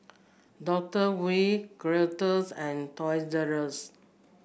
Doctor Wu Gillette and Toys R U S